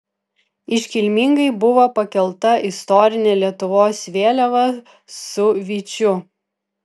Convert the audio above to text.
iškilmingai buvo pakelta istorinė lietuvos vėliava su vyčiu